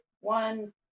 one